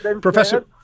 Professor